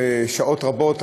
ושעות רבות,